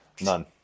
None